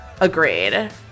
Agreed